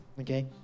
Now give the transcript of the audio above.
Okay